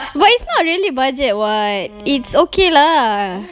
but it's not really budget [what] it's okay lah